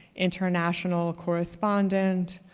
international correspondent,